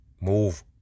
Move